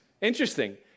Interesting